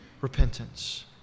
repentance